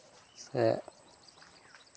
ᱥᱮ